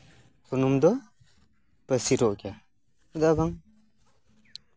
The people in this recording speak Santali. ᱥᱩᱱᱩᱢ ᱫᱚ ᱯᱟᱹᱥᱤᱨᱚᱜ ᱜᱮᱭᱟ ᱢᱤᱫ ᱫᱷᱟᱣ ᱜᱟᱱ